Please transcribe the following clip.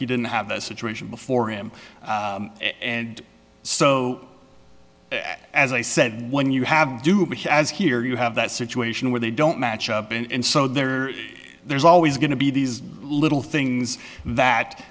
you didn't have the situation before him and so as i said when you have as here you have that situation where they don't match up and so there there's always going to be these little things